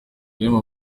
bimwe